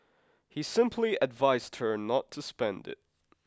he simply advised her not to spend it